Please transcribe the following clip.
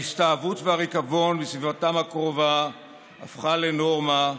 ההסתאבות והריקבון בסביבתם הקרובה הפכו לנורמה,